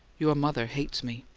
your mother hates me.